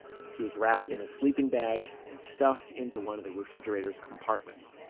she was wrapped in a sleeping bag and stuffed into one of the refrigerator's compartments.